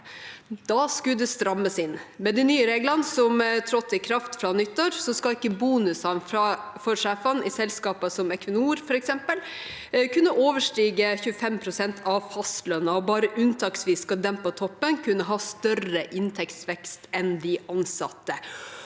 da skulle det strammes inn. Med de nye reglene som trådte i kraft fra nyttår, skal ikke bonusene for sjefene i selskaper som f.eks. Equinor kunne overstige 25 pst. av fastlønnen, og bare unntaksvis skal de på toppen kunne ha større inntektsvekst enn de ansatte.